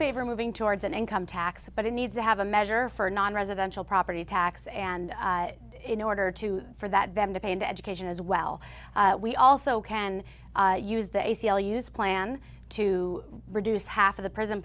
favor moving towards an income tax but it needs to have a measure for nonresidential property tax and in order to for that them to pay into education as well we also can use the a c l u s plan to reduce half of the prison